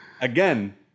again